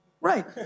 Right